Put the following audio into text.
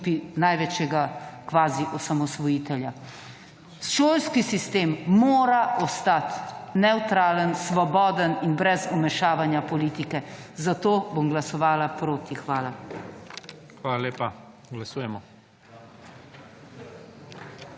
največjega kvazi osamosvojitelja. Šolski sistem mora ostati nevtralen, svoboden in brez vmešavanja politike, zato bom glasovala proti. Hvala. **PREDSEDNIK